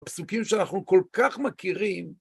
פסוקים שאנחנו כל כך מכירים.